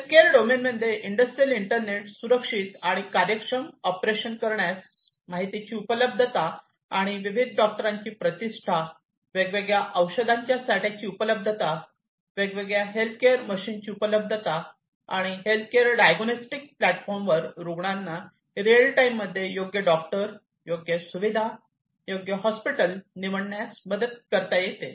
healthcare डोमेनमध्ये industrial internet सुरक्षित आणि कार्यक्षम ऑपरेशन्स करण्यास माहितीची उपलब्धता आणि विविध डॉक्टरांची प्रतिष्ठा वेगवेगळ्या औषधांच्या साठ्याची उपलब्धता वेगवेगळ्या हेल्थकेअर मशिनरीची उपलब्धता आणि हेल्थकेअर डायग्नोस्टिक प्लॅटफॉर्मवर रूग्णांना रिअल टाइम मध्ये योग्य डॉक्टरयोग्य सुविधा योग्य हॉस्पिटल निवडण्यात मदत करता येते